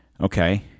Okay